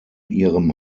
ihrem